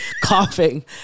coughing